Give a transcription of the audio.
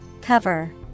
Cover